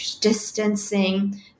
distancing